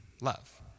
love